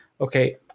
okay